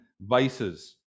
vices